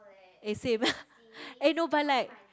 eh same eh no but like